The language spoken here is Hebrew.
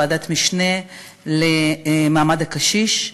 ועדת משנה למעמד הקשיש,